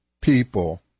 people